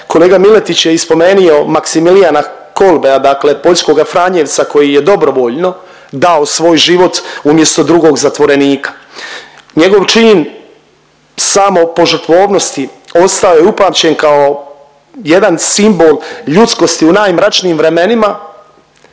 Kolega Miletić je i spomenio Maksimilijana Kolbea dakle poljskoga franjevca koji je dobrovoljno dao svoj život umjesto drugog zatvorenika. Njegov čin samopožrtvovnosti ostao je upamćen kao jedan simbol ljudskosti u najmračnijim vremenima